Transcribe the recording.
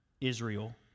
Israel